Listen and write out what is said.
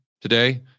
today